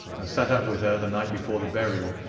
and sat up with her the night before the burial,